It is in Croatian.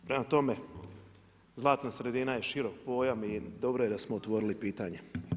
Prema tome, zlatna sredina je širok pojam i dobro je da smo otvorili pitanje.